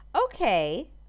okay